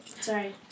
Sorry